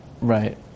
Right